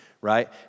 right